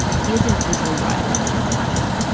he isn't easily riled up or impressed